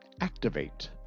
activate